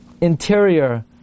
interior